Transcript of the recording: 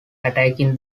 attacking